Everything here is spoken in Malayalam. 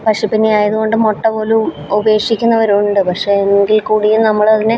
പക്ഷിപ്പനി ആയതുകൊണ്ട് മൊട്ട പോലും ഉപേക്ഷിക്കുന്നവരുണ്ട് പക്ഷേ എങ്കിൽ കൂടിയും നമ്മൾ അതിനെ